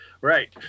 Right